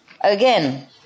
again